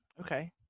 Okay